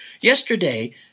Yesterday